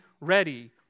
ready